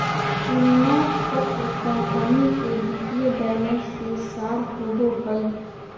तुलना पत्र कंपनी के वित्तीय बैलेंस के सार होबो हइ